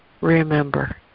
remember